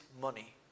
money